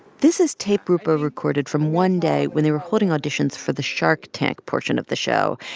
this is tape roopa recorded from one day when they were holding auditions for the shark tank portion of the show.